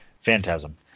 Phantasm